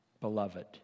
beloved